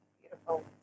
Beautiful